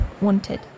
wanted